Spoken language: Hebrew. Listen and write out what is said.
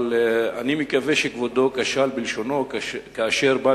אבל אני מקווה שכבודו כשל בלשונו כאשר בא